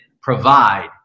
provide